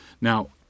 Now